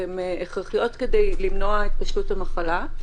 והן הכרחיות כדי למנוע את התפשטות המחלה.